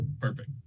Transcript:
perfect